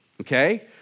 Okay